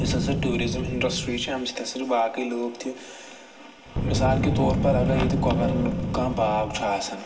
یُس ہَسا tourism industry چھےٚ اَمہِ سۭتۍ ہسا چھُ باقٕے لُکھ تہِ مِثال کے طور پر اگر ییٚتہِ کانٛہہ باغ چھُ آسان